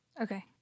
Okay